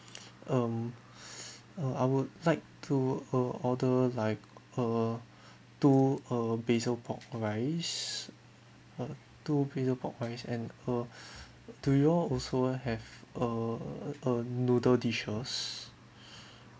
um uh I would like to uh order like uh to uh basil pork rice uh two basil pork rice and uh do you all also have a a noodle dishes